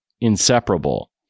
inseparable